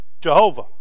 Jehovah